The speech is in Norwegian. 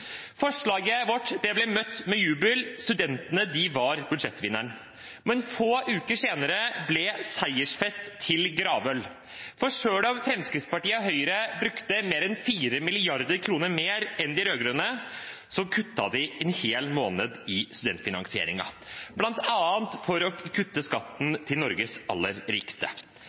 Forslaget vårt ble møtt med jubel. Studentene var budsjettvinnerne. Men få uker senere ble seiersfest til gravøl. For selv om Fremskrittspartiet og Høyre brukte mer enn 4 mrd. kr mer enn de rød-grønne, kuttet de en hel måned i studiefinansieringen, bl.a. for å kutte skatten til Norges aller rikeste.